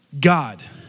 God